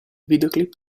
videoclip